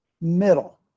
middle